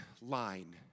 line